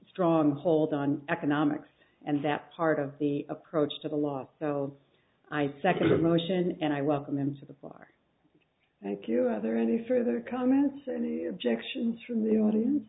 strong hold on economics and that part of the approach to the law so i second the motion and i welcome him to the bar thank you is there any further comments any objections from the audience